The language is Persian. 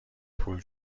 پول